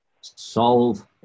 solve